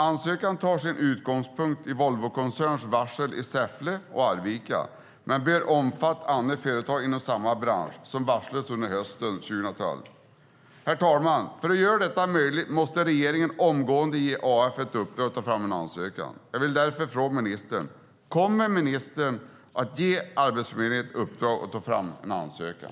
Ansökan tar sin utgångspunkt i Volvokoncernens varsel i Säffle och Arvika men bör omfatta andra företag inom samma bransch som varslat under hösten 2012. Herr talman! För att göra detta möjligt måste regeringen omgående ge AF ett uppdrag att ta fram en ansökan. Jag vill därför fråga ministern: Kommer ministern att ge Arbetsförmedlingen ett uppdrag att ta fram en ansökan?